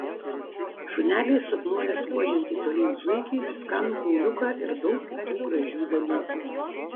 šuneliai sapnuoja skuodžiantį tolyn zuikį skanų kauliuką ir daug kitų gražių dalykų